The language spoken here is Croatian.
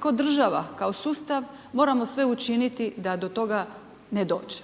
kao država, kao sustav, moramo sve učiniti da do toga ne dođe.